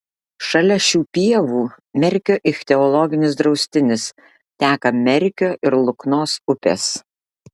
šalia šių pievų merkio ichtiologinis draustinis teka merkio ir luknos upės